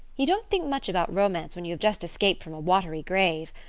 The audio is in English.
you don't think much about romance when you have just escaped from a watery grave.